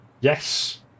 Yes